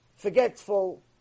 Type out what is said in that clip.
forgetful